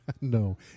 No